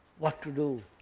what to do.